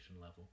level